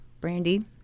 Brandy